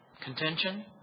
Contention